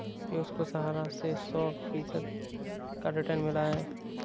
पियूष को सहारा से सौ फीसद का रिटर्न मिला है